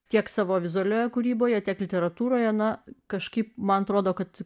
tiek savo vizualiojoje kūryboje tiek literatūroje na kažkaip man atrodo kad